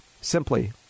simply